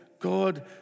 God